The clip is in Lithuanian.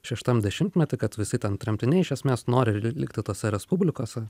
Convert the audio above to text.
šeštam dešimtmety kad visi ten tremtiniai iš esmės nori ir likti tose respublikose